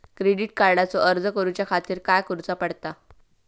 Credit कार्डचो अर्ज करुच्या खातीर काय करूचा पडता?